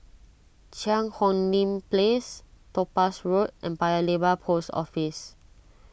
Cheang Hong Lim Place Topaz Road and Paya Lebar Post Office